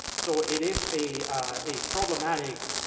so it is a a problematic